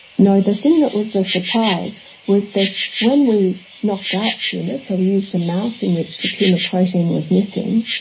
no the thing that was the surprise was that when we knocked out puma so we used a mouse in which the puma protein was missing,